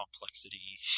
complexity